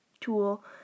tool